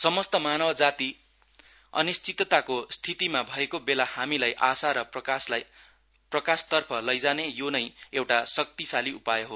समस्त मानवजाती अनिश्चितताको स्थितिमा भएको बेला हामीलाई आशा र प्रकाशतर्फ लैजाने यो नै एउटा शक्तिशाली उपाय हो